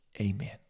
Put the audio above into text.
amen